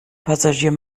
passagier